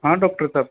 हाँ डॉक्टर साहब